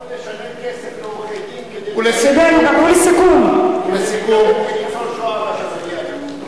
הוא יכול לשלם כסף לעורכי-דין כדי לקבל מניצול שואה את מה שמגיע לו.